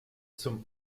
zum